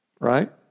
right